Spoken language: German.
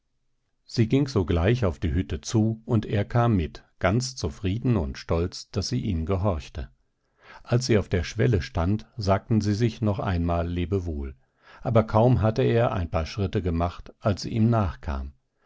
sie ging sogleich auf die hütte zu und er kam mit ganz zufrieden und stolz daß sie ihm gehorchte als sie auf der schwelle stand sagten sie sich noch einmal lebewohl aber kaum hatte er ein paar schritte gemacht als sie ihm nachkam